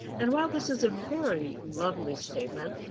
and while this is a very lovely statement,